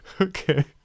okay